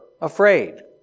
afraid